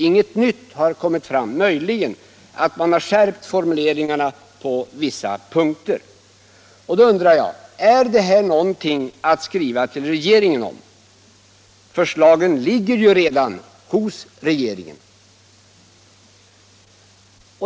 Ingenting nytt har kommit fram; möjligen har man skärpt formuleringarna på vissa punkter. Då undrar jag: Är detta någonting att skriva till regeringen om? Förslagen ligger ju redan hos regeringen.